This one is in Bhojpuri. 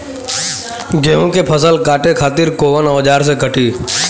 गेहूं के फसल काटे खातिर कोवन औजार से कटी?